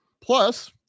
Plus